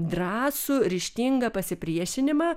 drąsų ryžtingą pasipriešinimą